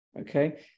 Okay